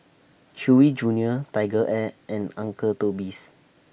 Chewy Junior TigerAir and Uncle Toby's